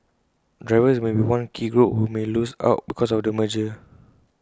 drivers may be one key group who may lose out because of the merger